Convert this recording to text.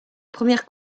première